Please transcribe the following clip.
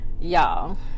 y'all